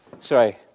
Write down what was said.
Sorry